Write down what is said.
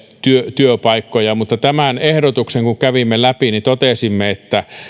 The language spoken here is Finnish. työpaikkoja mutta kun tämän ehdotuksen kävimme läpi totesimme että